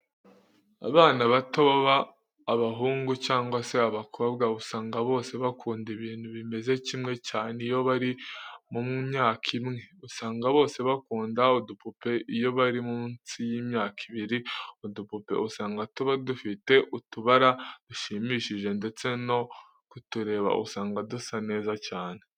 Abana bato baba abahungu cyangwa se abakobwa usanga bose bakunda ibintu bimeze kimwe, cyane iyo bari mu myaka imwe, usanga bose bakunda udupupe iyo bari munsi y'imyaka ibiri. Udupupe usanga tuba dufite utubara dushimishije ndetse no kutureba usanga dusa neza cyane.